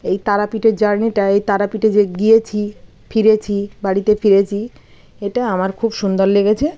ওই তারাপীঠের জার্নিটা এই তারাপীঠে যে গিয়েছি ফিরেছি বাড়িতে ফিরেছি এটা আমার খুব সুন্দর লেগেছে